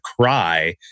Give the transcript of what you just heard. cry